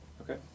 Okay